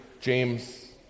James